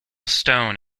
stone